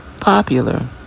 popular